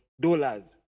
dollars